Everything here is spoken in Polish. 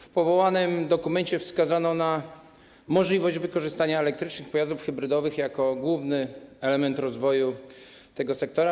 W powołanym dokumencie wskazano na możliwość wykorzystania elektrycznych pojazdów hybrydowych jako głównego elementu rozwoju tego sektora.